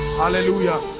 hallelujah